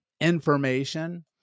information